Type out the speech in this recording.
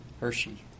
Hershey